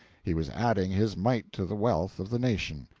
he was adding his mite to the wealth of the nation.